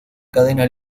cadena